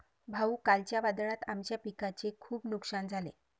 भाऊ, कालच्या वादळात आमच्या पिकाचे खूप नुकसान झाले